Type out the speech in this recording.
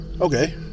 Okay